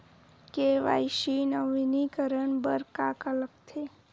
KYC नवीनीकरण बर का का लगथे?